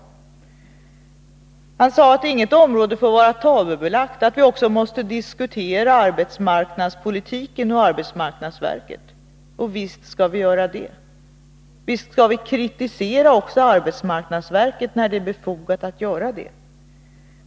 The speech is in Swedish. Alf Wennerfors sade att inget område får vara tabubelagt, att vi också måste diskutera arbetsmarknadspolitiken och arbetsmarknadsverket. Och visst skall vi göra det. Visst skall vi kritisera också arbetsmarknadsverket när det är befogat att göra det.